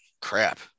crap